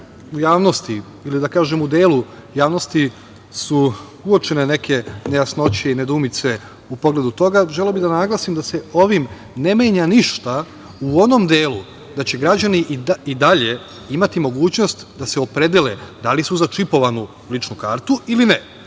u javnosti ili da kažem u delu javnosti su uočene neke nejasnoće i nedoumice u pogledu toga, naglasim da se ovim ne menja ništa u onom delu da će građani i dalje imati mogućnost da se opredele da li su za čipovanu ličnu kartu ili